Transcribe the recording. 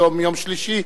היום יום שלישי,